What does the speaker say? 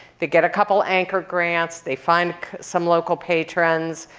they get a couple anchor grants. they find some local patrons,